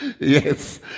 Yes